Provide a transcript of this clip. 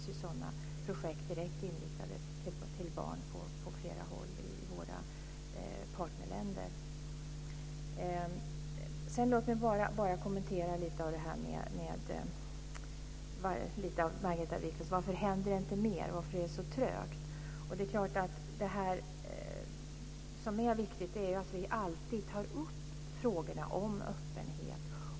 Det finns projekt som är direkt inriktade på barn på flera håll i våra partnerländer. Låt mig kommentera lite av det som Margareta Viklund säger. Hon frågar: Varför händer det inte mer? Varför är det så trögt? Det viktiga är att vi alltid tar upp frågorna om öppenhet.